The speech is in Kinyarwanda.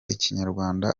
ikinyarwanda